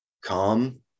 calm